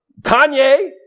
Kanye